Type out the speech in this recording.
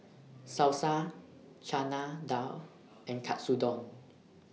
Salsa Chana Dal and Katsudon